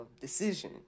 decision